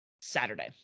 Saturday